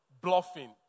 bluffing